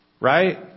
Right